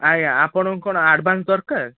ଆଜ୍ଞା ଆପଣଙ୍କୁ କ'ଣ ଆଡ଼୍ଭାନ୍ସ ଦରକାର